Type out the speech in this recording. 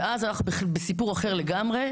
ואז אנחנו בסיפור אחר לגמרי.